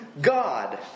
God